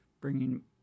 bringing